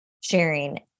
sharing